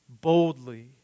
boldly